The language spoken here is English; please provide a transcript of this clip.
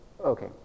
Okay